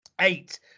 eight